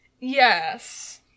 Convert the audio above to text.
Yes